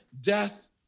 death